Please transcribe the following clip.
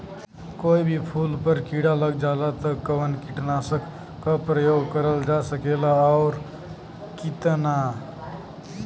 कोई भी फूल पर कीड़ा लग जाला त कवन कीटनाशक क प्रयोग करल जा सकेला और कितना?